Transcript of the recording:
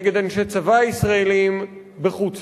נגד אנשי צבא ישראלים בחוץ-לארץ.